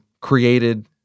created